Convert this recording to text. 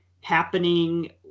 happening